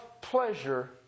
pleasure